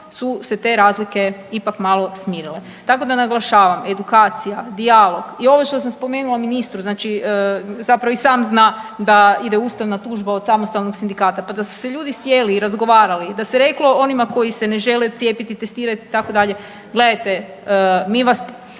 su se te razlike ipak malo smirite. Tako da naglašavam, edukacija, dijalog i ovo što sam spomenula ministru znači zapravo i sam zna da ide ustavna tužba od samostalnih sindikata. Pa da su se ljudi sjeli i razgovarali i da se reklo onima koji se ne žele cijepiti, testirati itd. gledajte mi vas